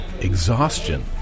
exhaustion